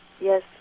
yes